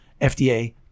fda